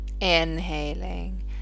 inhaling